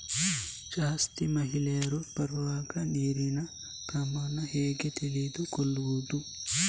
ಜಾಸ್ತಿ ಮಳೆ ಬರುವಾಗ ನೀರಿನ ಪ್ರಮಾಣ ಹೇಗೆ ತಿಳಿದುಕೊಳ್ಳುವುದು?